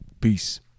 Peace